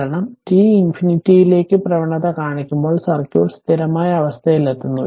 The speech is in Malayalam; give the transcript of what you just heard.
കാരണം t ∞ ലേക്ക് പ്രവണത കാണിക്കുമ്പോൾ സർക്യൂട്ട് സ്ഥിരമായ അവസ്ഥയിലെത്തുന്നു